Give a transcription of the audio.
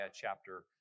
chapter